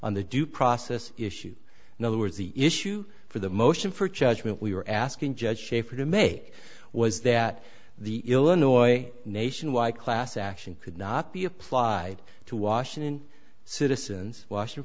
on the due process issue in other words the issue for the motion for judgment we were asking judge shaffer to make was that the illinois nationwide class action could not be applied to washington citizens wash